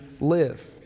live